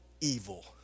evil